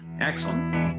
excellent